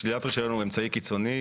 שלילת רישיון הוא אמצעי קיצוני,